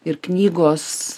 ir knygos